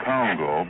Congo